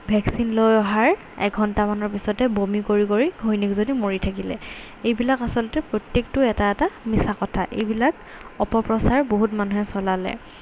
vaccine লৈ অহাৰ এঘণ্টামানৰ পিছতে বমি কৰি কৰি ঘৈণীয়েকজনী মৰি থাকিলে এইবিলাক আচলতে প্ৰত্যেকটো এটা এটা মিছা কথা এইবিলাক অপপ্ৰচাৰ বহুত মানুহে চলালে